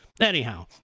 Anyhow